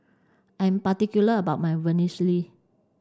I'm particular about my Vermicelli